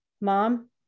mom